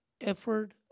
effort